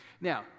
Now